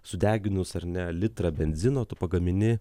sudeginus ar ne litrą benzino tu pagamini